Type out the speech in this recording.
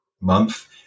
month